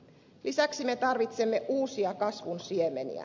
lisäksi me tarvitsemme uusia kasvun siemeniä